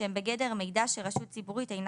שהם בגדר מידע שרשות ציבורית אינה